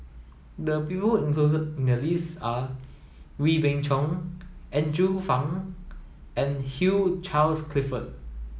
the people included in the list are Wee Beng Chong Andrew Phang and Hugh Charles Clifford